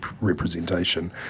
representation